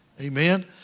Amen